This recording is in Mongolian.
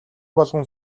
болгон